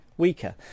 weaker